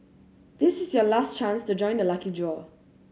this is your last chance to join the lucky draw